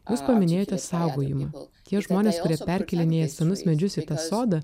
jūs paminėjote saugojimą tie žmonės kurie perkėlinėja senus medžius į tą sodą